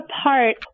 Apart